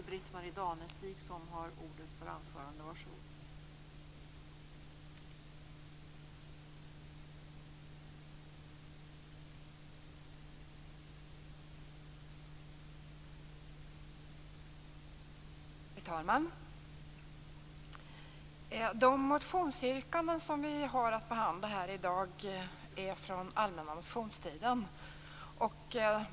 Fru talman! De motionsyrkanden som vi har att behandla i dag är från den allmänna motionstiden.